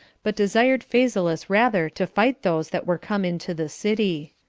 but desired phasaelus rather to fight those that were come into the city.